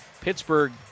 Pittsburgh